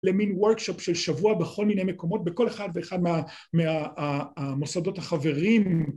למין וורקשופ של שבוע בכל מיני מקומות בכל אחד ואחד מהמוסדות החברים